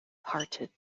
parted